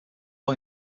boy